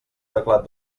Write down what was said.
teclat